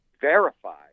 verify